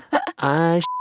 i.